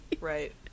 Right